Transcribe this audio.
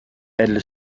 elle